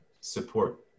support